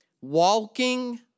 Walking